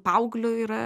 paaugliui yra